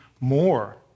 more